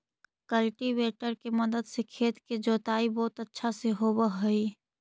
cultivator के मदद से खेत के जोताई बहुत अच्छा से होवऽ हई